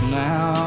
now